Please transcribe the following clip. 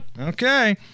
Okay